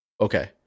Okay